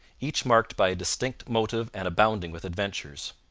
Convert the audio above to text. each marked by a distinct motive and abounding with adventures.